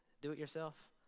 Do-it-yourself